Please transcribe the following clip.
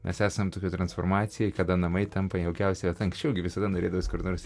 mes esam tokioj transformacijoj kada namai tampa jaukiausia vieta anksčiau gi visada norėdavos kur nors